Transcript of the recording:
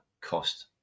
cost